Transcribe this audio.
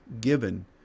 given